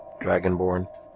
Dragonborn